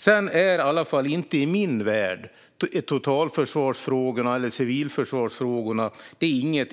Sedan är inte totalförsvaret en fråga för något